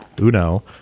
Uno